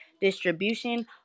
distribution